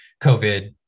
COVID